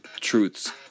truths